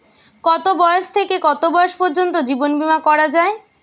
কতো বয়স থেকে কত বয়স পর্যন্ত জীবন বিমা করা যায়?